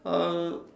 uh